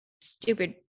stupid